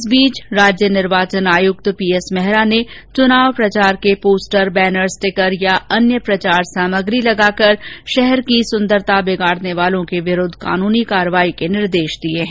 इस बीच राज्य निर्वाचन आयुक्त पीएस मेहरा ने चुनाव प्रचार के पोस्टर बैनर स्टीकर या अन्य प्रचार सामग्री लगाकर शहरों की सुंदरता बिगाड़ने वालों के विरूद्व कानूनी कार्यवाही के निर्देश दिए हैं